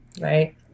Right